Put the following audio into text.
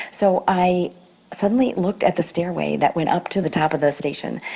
so i suddenly looked at the stairway that went up to the top of the station,